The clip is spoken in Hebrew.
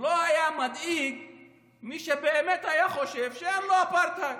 זה לא היה מדאיג את מי שבאמת היה חושב שאין לו אפרטהייד.